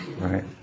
Right